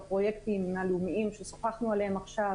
בפרויקטים הלאומיים ששוחחנו עליהם עכשיו